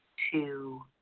two